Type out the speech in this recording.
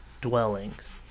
dwellings